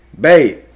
Babe